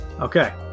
Okay